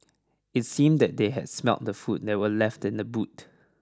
it seemed that they had smelt the food that were left in the boot